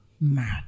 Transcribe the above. mad